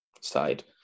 side